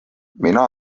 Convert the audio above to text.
mina